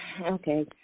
Okay